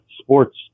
sports